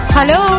Hello